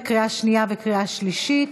בקריאה שנייה וקריאה שלישית.